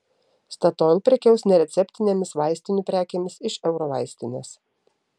statoil prekiaus nereceptinėmis vaistinių prekėmis iš eurovaistinės